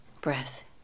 Breath